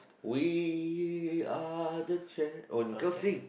we are the champ~ oh no we can't sing